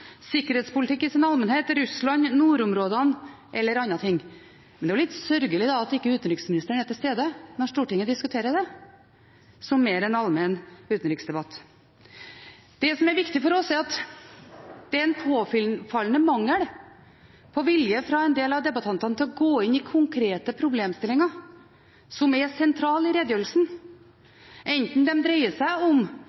sikkerhetspolitikk i sin allmennhet, Russland, nordområdene og andre ting. Men da er det litt sørgelig at ikke utenriksministeren er til stede når Stortinget diskuterer dette, som en mer allmenn utenriksdebatt. Det er en påfallende mangel på vilje fra en del av debattantene til å gå inn i konkrete problemstillinger som er sentrale i redegjørelsen,